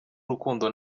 urukundo